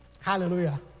Hallelujah